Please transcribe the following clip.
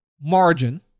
margin